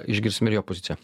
išgirsime ir jo poziciją